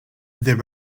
there